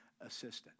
assistant